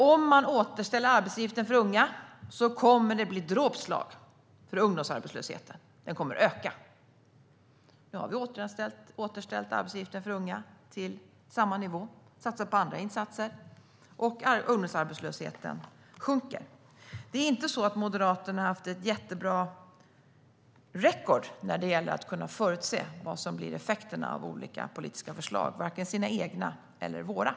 Om man återställer arbetsgivaravgiften för unga kommer det att bli ett dråpslag - ungdomsarbetslösheten kommer att öka, sa Moderaterna då. Nu har vi återställt arbetsgivaravgiften för unga till tidigare nivå och satsat på andra insatser. Och ungdomsarbetslösheten sjunker. Det är inte så att ni i Moderaterna haft ett jättebra record beträffande att kunna förutse effekterna av olika politiska förslag, vare sig era egna eller våra.